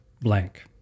blank